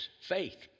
faith